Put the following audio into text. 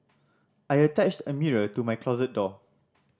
I attached a mirror to my closet door